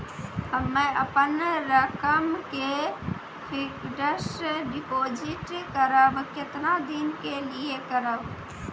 हम्मे अपन रकम के फिक्स्ड डिपोजिट करबऽ केतना दिन के लिए करबऽ?